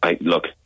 Look